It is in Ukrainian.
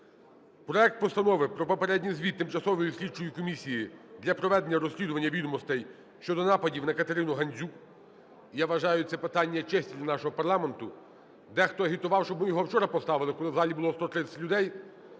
проект Постанови про попередній звіт Тимчасової слідчої комісії для проведення розслідування відомостей щодо нападів на КатеринуГандзюк. Я вважаю, це питання честі для нашого парламенту. Дехто агітував, щоб ми його вчора поставили, коли в залі було 130 людей.